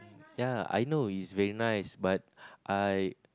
ya I know is very nice but I